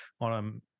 on